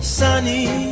sunny